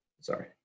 sorry